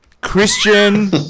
Christian